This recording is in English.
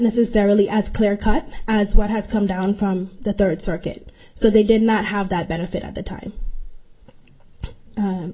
necessarily as clear cut as what has come down from the third circuit so they did not have that benefit at the time